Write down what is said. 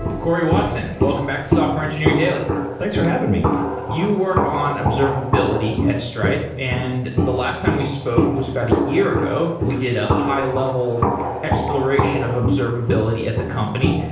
cory watson, welcome back to software engineering daily thanks for having me you work on observability at stripe. and the last time we spoke was about a year ago. we did a high-level exploration of observability at the company.